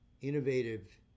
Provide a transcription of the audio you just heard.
innovative